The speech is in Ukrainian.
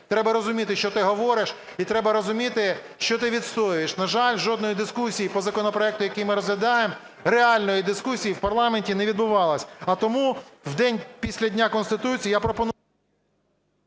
треба розуміти, що ти говориш, і треба розуміти, що ти відстоюєш. На жаль, жодної дискусії по законопроекту, який ми розглядаємо, реальної дискусії, в парламенті не відбувалося. А тому в день після дня Конституції… Веде